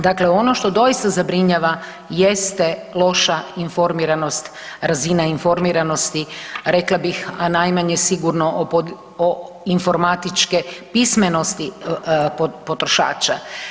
Dakle, ono što doista zabrinjava jeste loša informiranost, razina informiranosti rekla bih, a najmanje sigurno informatičke pismenosti potrošača.